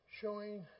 showing